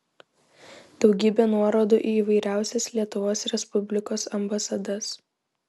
daugybė nuorodų į įvairiausias lietuvos respublikos ambasadas